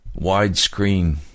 widescreen